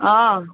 હં